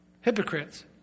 hypocrites